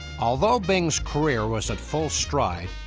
although bing's career was at full stride,